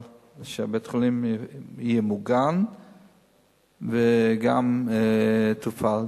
כדי שבית-החולים יהיה מוגן וגם יופעל.